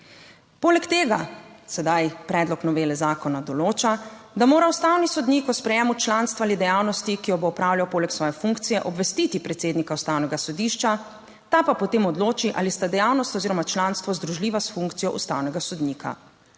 Poleg tega sedaj predlog novele zakona določa, da mora ustavni sodnik o sprejemu članstva ali dejavnosti, ki jo bo opravljal poleg svoje funkcije, obvestiti predsednika ustavnega sodišča, ta pa potem odloči, ali sta dejavnost oziroma članstvo združljiva s funkcijo ustavnega sodnika.